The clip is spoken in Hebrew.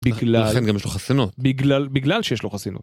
בגלל... ולכן גם יש לו חסינות. בגלל שיש לו חסינות.